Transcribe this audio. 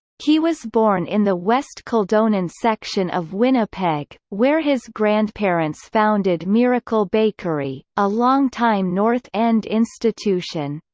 he was born in the west kildonan section of winnipeg, where his grandparents founded miracle bakery, a longtime north end institution.